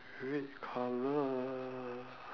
red colour